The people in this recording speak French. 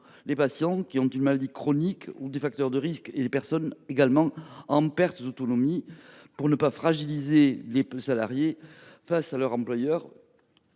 les patients qui ont une maladie chronique ou des facteurs de risque et les personnes en perte d’autonomie. Il s’agit de ne pas fragiliser les salariés face à leur employeur,